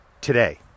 Today